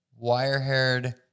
Wire-haired